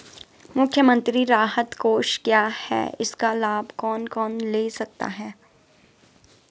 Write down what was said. मुख्यमंत्री राहत कोष क्या है इसका लाभ कौन कौन ले सकता है?